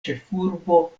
ĉefurbo